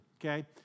okay